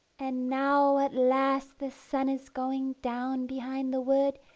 and now at last the sun is going down behind the wood,